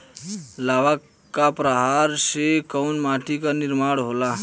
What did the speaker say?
लावा क प्रवाह से कउना माटी क निर्माण होला?